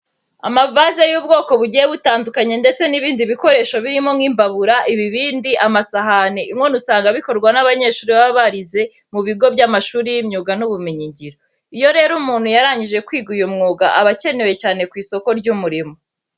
Amavaze y'ubwoko bugiye butandukanye ndetse n'ibindi bikoresho birimo nk'imbabura, ibibindi, amasahane, inkono usanga bikorwa n'abanyeshuri baba barize mu bigo by'amashuri y'imyuga n'ubumenyingiro. Iyo rero umuntu yarangije kwiga uyu mwuga aba akenewe cyane ku isoko ry'umurimo.